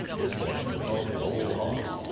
this morning, and called him old hoss.